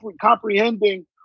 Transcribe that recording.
Comprehending